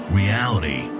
reality